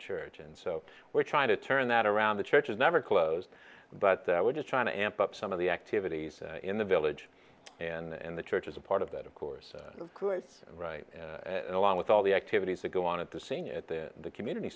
church and so we're trying to turn that around the church is never closed but we're just trying to amp up some of the activities in the village and in the church as a part of that of course it's right and along with all the activities that go on at the scene at the community